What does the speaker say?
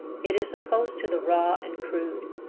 it is opposed to the raw and crude.